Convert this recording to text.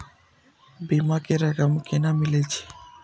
बीमा के रकम केना मिले छै?